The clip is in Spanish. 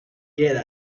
jedi